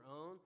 own